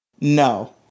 No